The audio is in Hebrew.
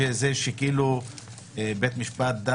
אני מניח שיהיו שופטים שיתאהבו בהסדר,